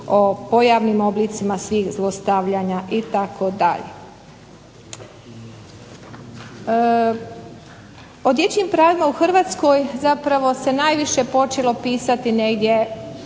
o pojavnim oblicima svih zlostavljanja itd. O dječjim pravima u Hrvatskoj zapravo se najviše počelo pisati negdje,